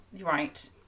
Right